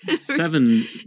seven